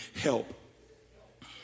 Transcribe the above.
help